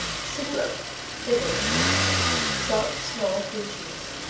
ciclo italy soft, small cream cheese.